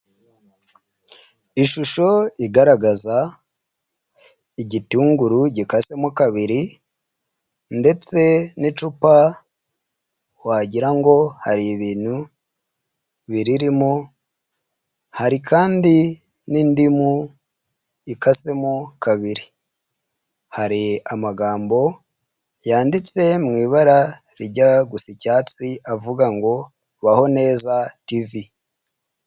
Ishusho igaragaza igitunguru gikasemo kabiri ndetse n'icupa wagira ngo hari ibintu biririmo, hari kandi n'indimu ikasemo kabiri. Hari amagambo yanditse mu ibara rijya gusa icyatsi avuga ngo baho neza tv.